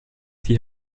die